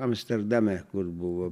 amsterdame kur buvo